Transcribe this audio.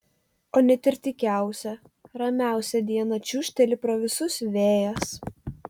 o net ir tykiausią ramiausią dieną čiūžteli pro visus vėjas